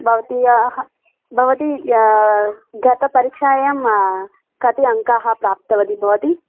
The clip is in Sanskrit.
भवती भवती या गतपरीक्षायां कति अङ्काः प्राप्तवती भवती